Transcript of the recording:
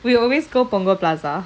we always go punggol plaza